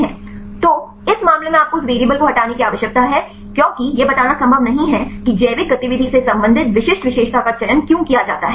तो इस मामले में आपको उस वेरिएबल को हटाने की आवश्यकता है क्योंकि यह बताना संभव नहीं है कि जैविक गतिविधि से संबंधित विशिष्ट विशेषता का चयन क्यों किया जाता है